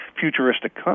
futuristic